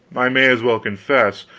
i may as well confess,